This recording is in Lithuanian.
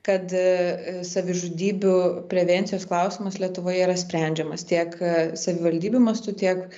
kad savižudybių prevencijos klausimas lietuvoje yra sprendžiamas tiek savivaldybių mastu tiek